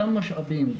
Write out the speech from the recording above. אותם משאבים,